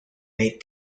made